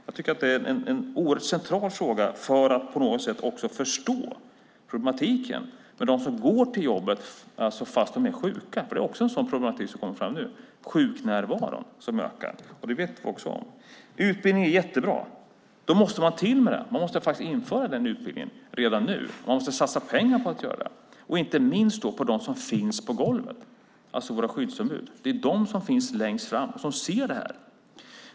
Jag tycker att det är en oerhört central fråga för att på något sätt också förstå problematiken med dem som går till jobbet fast de är sjuka, för det är också en problematik som kommer fram nu. Sjuknärvaron ökar; det vet vi. Utbildning är jättebra, men då måste man införa den utbildningen redan nu. Man måste satsa pengar på att göra det och inte minst för dem som finns på golvet, alltså våra skyddsombud. De finns längst fram och ser det här.